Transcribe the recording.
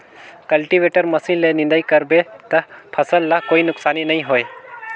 cultivator machine ले निंदई कर बे त फसल ल कोई नुकसानी नई होये